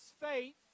faith